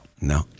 No